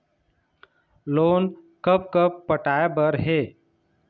Loan कब कब पटाए बर हे?